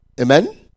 Amen